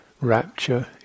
rapture